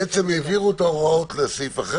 בעצם העבירו את ההוראות לסעיף אחר,